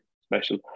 special